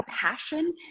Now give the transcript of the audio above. passion